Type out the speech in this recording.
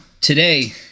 today